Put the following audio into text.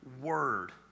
word